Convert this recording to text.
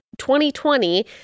2020